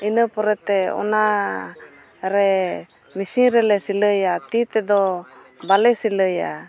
ᱤᱱᱟᱹ ᱯᱚᱨᱮ ᱛᱮ ᱚᱱᱟᱨᱮ ᱢᱮᱹᱥᱤᱱ ᱨᱮᱞᱮ ᱥᱤᱞᱟᱹᱭᱟ ᱛᱤ ᱛᱮᱫᱚ ᱵᱟᱞᱮ ᱥᱤᱞᱟᱹᱭᱟ